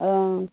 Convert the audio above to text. অ'